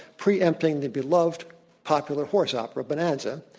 pre-empting the beloved popular horse opera, bonanza,